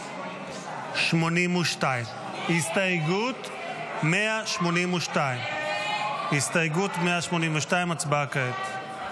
182. הסתייגות 182. הסתייגות 182, הצבעה כעת.